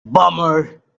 bummer